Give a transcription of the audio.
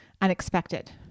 unexpected